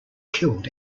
killed